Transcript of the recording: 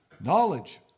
Knowledge